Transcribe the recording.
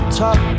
top